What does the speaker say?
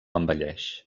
envelleix